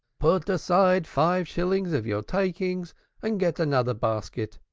put aside five shillings of your takings and get another basket,